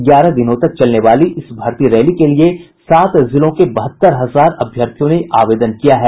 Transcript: ग्यारह दिनों तक चलने वाले इस भर्ती रैली के लिये सात जिलों के बहत्तर हजार अभ्यर्थियों ने आवदेन किया है